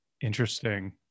interesting